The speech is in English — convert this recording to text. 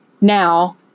Now